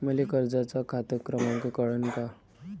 मले कर्जाचा खात क्रमांक कळन का?